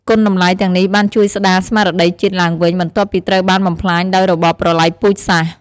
គុណតម្លៃទាំងនេះបានជួយស្តារស្មារតីជាតិឡើងវិញ បន្ទាប់ពីត្រូវបានបំផ្លាញដោយរបបប្រល័យពូជសាសន៍។